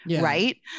right